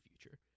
future